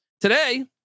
today